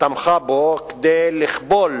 תמכה בו, כדי לכבול